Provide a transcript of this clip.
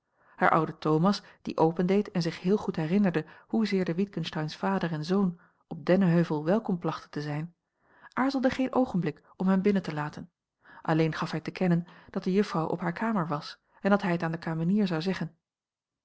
oude thomas die opendeed en zich heel goed herinnerde hoezeer de witgensteyn's vader en zoon op dennenheuvel welkom plachte te zijn aarzelde geen oogenblik om hem binnen te laten alleen gaf hij te kennen dat de juffrouw op hare kamer was en dat hij het aan de kamenier zou zeggen